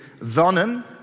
Sonnen